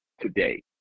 today